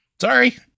Sorry